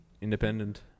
independent